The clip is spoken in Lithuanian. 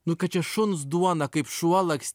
nu kad čia šuns duona kaip šuo laks